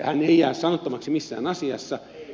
hän ei jää sanattomaksi missään asiassa